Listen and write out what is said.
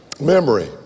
Memory